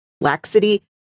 laxity